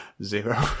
Zero